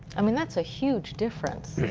i mean that's a huge difference.